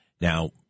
Now